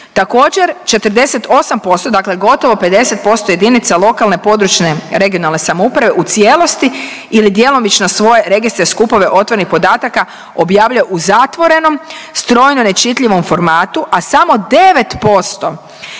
Također 48%, dakle gotovo 50% jedinica lokalne, područne regionalne samouprave u cijelosti ili djelomično svoje registre, skupove otvorenih podataka objavljuje u zatvorenom, strojno nečitljivom formatu, a samo 9%